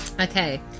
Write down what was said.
Okay